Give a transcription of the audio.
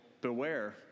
beware